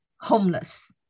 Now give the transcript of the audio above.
homeless